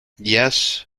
yes